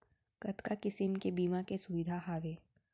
कतका किसिम के बीमा के सुविधा हावे?